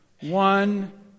one